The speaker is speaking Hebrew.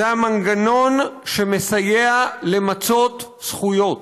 זה המנגנון שמסייע למצות זכויות.